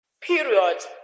period